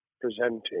presenting